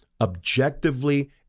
objectively